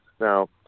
Now